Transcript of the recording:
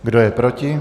Kdo je proti?